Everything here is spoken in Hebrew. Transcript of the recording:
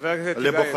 חבר הכנסת טיבייב,